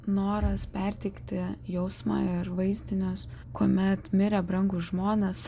noras perteikti jausmą ir vaizdinius kuomet mirę brangūs žmonės